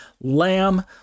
Lamb